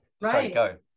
Right